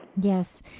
Yes